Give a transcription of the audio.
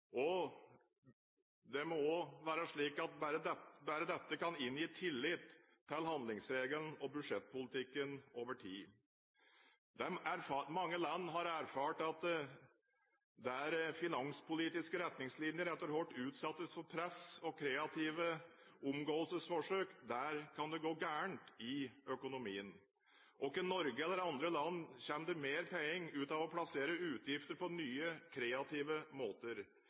budsjettbehandlingen. Det må også være slik at bare dette vil inngi tillit til handlingsregelen og budsjettpolitikken over tid. Mange land har erfart at der finanspolitiske retningslinjer etter hvert utsettes for press og «kreative» omgåelsesforsøk, kan det gå galt i økonomien. Verken i Norge eller i andre land kommer det mer penger ut av å plassere utgiftene på nye kreative måter.